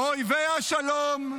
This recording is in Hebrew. "אויבי השלום",